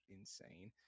insane